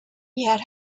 yet